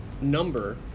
number